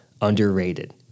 underrated